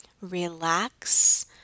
relax